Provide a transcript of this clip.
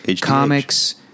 comics